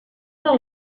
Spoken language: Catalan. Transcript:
del